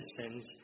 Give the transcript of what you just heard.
sins